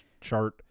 chart